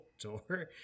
door